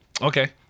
Okay